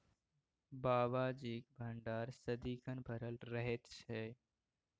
बाबाजीक भंडार सदिखन भरल रहैत छै